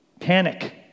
panic